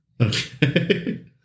Okay